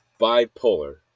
bipolar